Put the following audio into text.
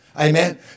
Amen